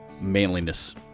manliness